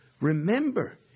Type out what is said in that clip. Remember